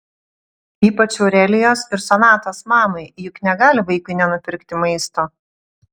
ypač aurelijos ir sonatos mamai juk negali vaikui nenupirkti maisto